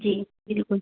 जी बिल्कुल